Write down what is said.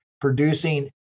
producing